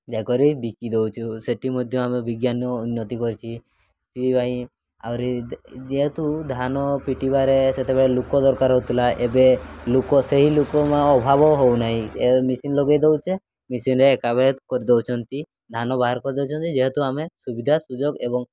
ଯାହା କରି ବିକି ଦେଉଛୁ ସେଠି ମଧ୍ୟ ଆମେ ବିଜ୍ଞାନ ଉନ୍ନତି କରିଛି ସେଥିପାଇଁ ଆହୁରି ଯେହେତୁ ଧାନ ପିଟିବାରେ ସେତେବେଳେ ଲୋକ ଦରକାର ହେଉଥିଲା ଏବେ ଲୋକ ସେହି ଲୋକ ଅଭାବ ହେଉନାହିଁ ଏବେ ମେସିନ୍ ଲଗାଇ ଦେଉଛେ ମିସିନ୍ରେ ଏକାବେଳେ କରିଦେଉଛନ୍ତି ଧାନ ବାହାର କରିଦେଉଛନ୍ତି ଯେହେତୁ ଆମେ ସୁବିଧା ସୁଯୋଗ ଏବଂ